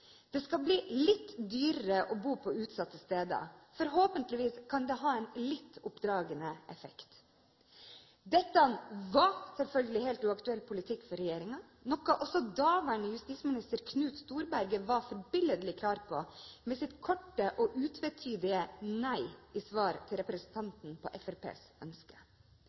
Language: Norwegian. det skal bli litt dyrere å bo på utsatte steder. Forhåpentligvis kan det ha en litt oppdragende effekt.» Dette var selvfølgelig en helt uaktuell politikk for regjeringen, noe også daværende justisminister Knut Storberget var forbilledlig klar på i sitt svar til representanten, med sitt korte og utvetydige nei til Fremskrittspartiets ønske.